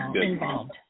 involved